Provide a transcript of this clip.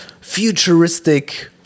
futuristic